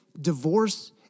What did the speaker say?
divorce